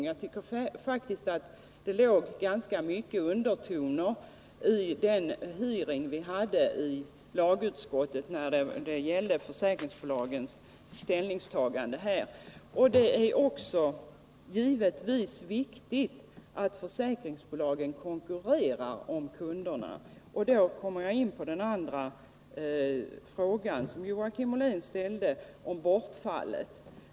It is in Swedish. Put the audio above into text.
Det låg enligt min mening faktiskt ganska mycket av undertoner i den hearing som vi hade i lagutskottet när det gällde försäkringsbolagens ställningstagande på den här punkten. Det är givetvis också viktigt att försäkringsbolagen konkurrerar om kunderna. Därmed kommer jag in på den andra frågan som Joakim Ollén ställde till mig, nämligen om kundbortfallet.